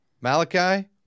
Malachi